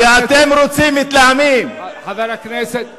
חבר הכנסת בן-יאיר.